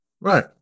Right